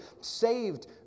saved